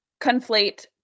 conflate